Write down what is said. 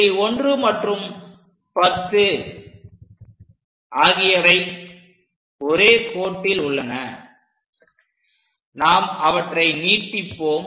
புள்ளி 1 மற்றும் 10 ஆகியவை ஒரே கோட்டில் உள்ளன நாம் அவற்றை நீட்டிப்போம்